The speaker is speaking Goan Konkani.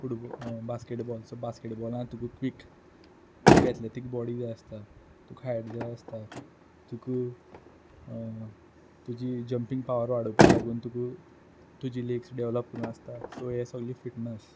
फुटबॉल बास्केटबॉल सो बास्केटबॉला तुक क्वीक तुगे एथलॅटीक बॉडी जाय आसता तुक हायट जाय आसता तुक तुजी जंपींग पावर वाडोवपा लागून तुक तुजी लेग्स डॅवोलॉप करूं आसता सो हें सोगलें फिटनस